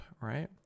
right